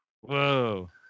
Whoa